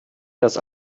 das